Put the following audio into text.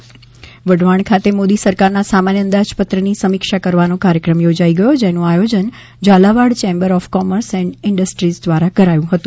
Wadhwan budget સમિક્ષા વઢવાણ ખાતે મોદી સરકાર ના સામાન્ય અંદાજ પત્ર ની સમિક્ષા કરવાનો કાર્યક્રમ યોજાઇ ગયો જેનું આયોજન Jhalawad chamber of commerce and industries કરાયું હતું